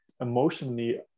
emotionally